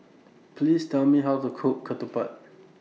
Please Tell Me How to Cook Ketupat